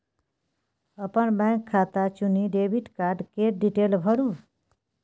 अपन बैंक खाता चुनि डेबिट कार्ड केर डिटेल भरु